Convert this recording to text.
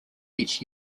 each